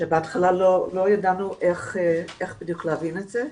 שבהתחלה לא ידענו איך בדיוק להבין את זה.